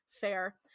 fair